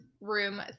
room